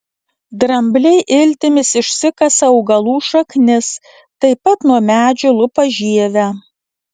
drambliai iltimis išsikasa augalų šaknis taip pat nuo medžių lupa žievę